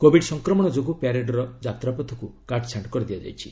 Covid ସଂକ୍ରମଣ ଯୋଗୁଁ ପ୍ୟାରେଡ୍ର ଯାତ୍ରାପଥକୁ କାଟ୍ଛାଣ୍ଟ୍ କରିଦିଆଯାଇଛି